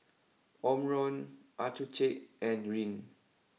Omron Accucheck and Rene